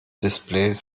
displays